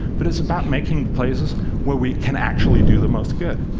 but it's about making places where we can actually do the most good.